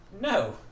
No